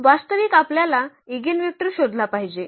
वास्तविक आपल्याला ईगेनवेक्टर शोधला पाहिजे